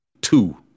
two